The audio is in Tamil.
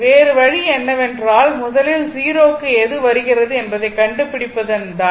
வேறு வழி என்னவென்றால் முதலில் 0 க்கு எது வருகிறது என்பதை கண்டுபிடிப்பது தான்